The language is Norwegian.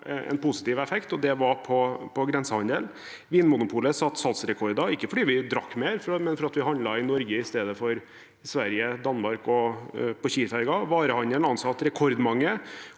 det en positiv effekt, og det var på grensehandelen. Vinmonopolet satte salgsrekorder, ikke fordi vi drakk mer, men fordi vi handlet i Norge i stedet for i Sverige, i Danmark og på Kiel-ferja. Varehandelen ansatte rekordmange,